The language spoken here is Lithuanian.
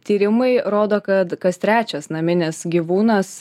tyrimai rodo kad kas trečias naminis gyvūnas